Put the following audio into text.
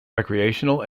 recreational